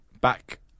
Back